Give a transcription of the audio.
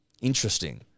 Interesting